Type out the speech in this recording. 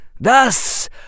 Thus